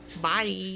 Bye